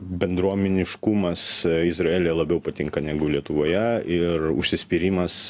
bendruomeniškumas izraelyje labiau patinka negu lietuvoje ir užsispyrimas